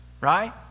right